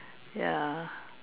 ya